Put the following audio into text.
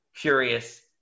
curious